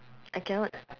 I cannot